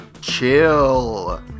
chill